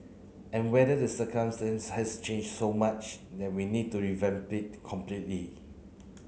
and whether the circumstance has changed so much that we need to revamp it completely